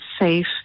safe